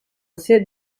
ser